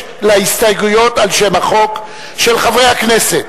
קבוצת סיעת רע"ם-תע"ל וקבוצת סיעת בל"ד ושל חברי הכנסת